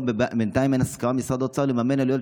כשבינתיים אין הסכמה במשרד האוצר לממן עלויות